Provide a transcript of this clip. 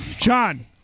John